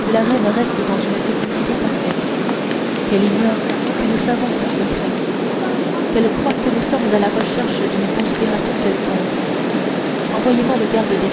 que la reine reste dans une sécurité parfaite qu'elle ignore que nous savons son secret qu'elle croie que nous sommes à la recherche d'une conspiration quelconque envoyez-moi le garde des